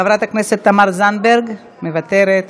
חברת הכנסת תמר זנדברג, מוותרת,